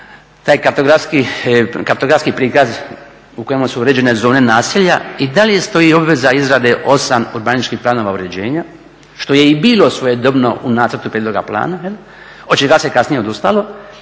taj kartografski prikaz u kojem su uređene zone naselja i dalje stoji obveza izrade 8 urbaničkih planova uređenja što je i bilo svojedobno u nacrtu prijedloga plana od čega se kasnije odustalo,